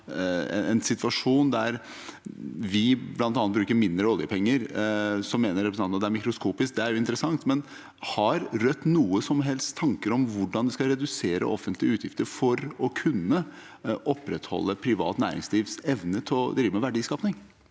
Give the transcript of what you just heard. en situasjon der vi bl.a. bruker mindre oljepenger. Representanten mener at det er mikroskopisk, og det er jo interessant, men har Rødt noen som helst tanker om hvordan de skal redusere offentlige utgifter for å kunne opprettholde privat næringslivs evne til å drive med verdiskaping?